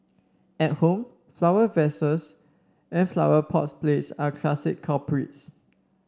at home flower vases and flower pot plates are classic culprits